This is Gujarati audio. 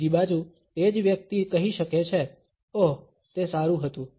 બીજી બાજુ તે જ વ્યક્તિ કહી શકે છે ઓહ તે સારું હતું